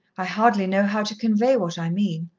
i hardly know how to convey what i mean.